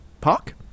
Park